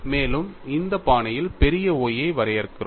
மேலும் இந்த பாணியில் பெரிய Y ஐ வரையறுக்கிறோம்